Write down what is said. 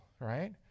right